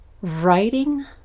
writing